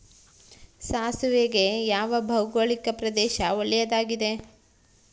ಸಾಸಿವೆಗೆ ಯಾವ ಭೌಗೋಳಿಕ ಪ್ರದೇಶ ಒಳ್ಳೆಯದಾಗಿದೆ?